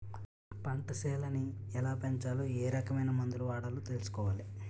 పంటసేలని ఎలాపెంచాలో ఏరకమైన మందులు వాడాలో తెలుసుకోవాలి